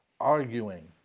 arguing